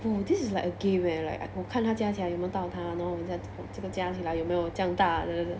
oh this is like a game where like 我看他加起来有没有到他然后我们这个加起来有没有这样大的